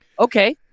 Okay